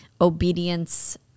obedience